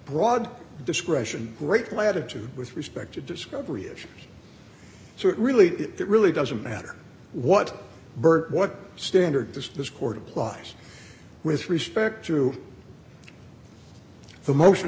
broad discretion great latitude with respect to discovery issues so it really it really doesn't matter what burke what standard to this court applies with respect to the motion